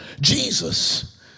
Jesus